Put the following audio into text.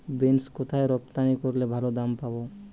Beans কোথায় রপ্তানি করলে ভালো দাম পাব?